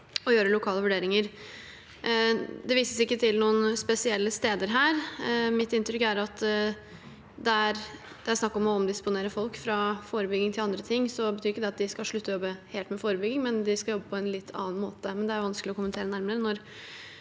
og gjøre lokale vurderinger. Det vises ikke til noen spesielle steder her. Mitt inntrykk er at det er snakk om å omdisponere folk fra forebygging til andre ting. Det betyr ikke at de skal slutte helt å jobbe med forebygging, men de skal jobbe på en litt annen måte. Det er vanskelig å kommentere nærmere